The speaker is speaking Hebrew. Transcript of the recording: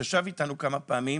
שישב איתנו כמה פעמים,